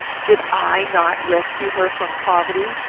did i not rescue her from poverty,